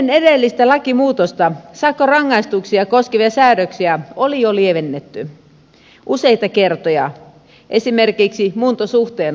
ennen edellistä lakimuutosta sakkorangaistuksia koskevia säädöksiä oli jo lievennetty useita kertoja esimerkiksi muuntosuhteen osalta